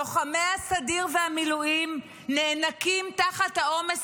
לוחמי הסדיר והמילואים נאנקים תחת העומס